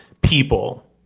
people